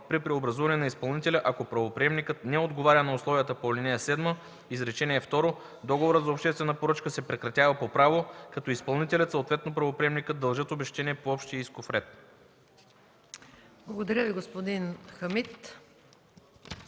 При преобразуване на изпълнителя, ако правоприемникът не отговаря на условията по ал. 7, изречение второ, договорът за обществената поръчка се прекратява по право, като изпълнителят, съответно правоприемникът, дължат обезщетение по общия исков ред.” ПРЕДСЕДАТЕЛ МАЯ